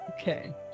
Okay